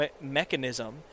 mechanism